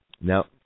Now